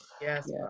yes